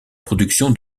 production